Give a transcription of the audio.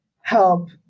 help